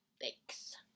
Thanks